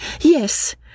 Yes